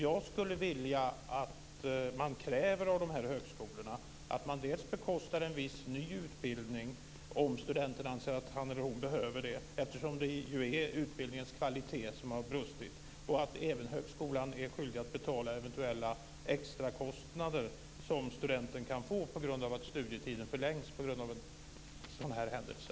Jag skulle vilja att man kräver av de här högskolorna att man dels bekostar en ny utbildning, om studenten anser att han eller hon behöver det, eftersom det är utbildningens kvalitet som har brustit, dels att högskolan betalar eventuella extrakostnader som studenten kan få på grund av att utbildningstiden förlängs av en sådan här händelse.